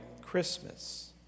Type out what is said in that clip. Christmas